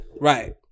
Right